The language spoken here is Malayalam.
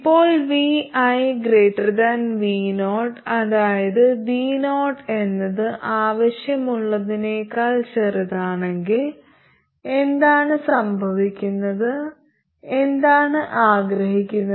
ഇപ്പോൾ vi vo അതായത് vo എന്നത് ആവശ്യമുള്ളതിനേക്കാൾ ചെറുതാണെങ്കിൽ എന്താണ് സംഭവിക്കുന്നത് എന്താണ് ആഗ്രഹിക്കുന്നത്